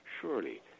surely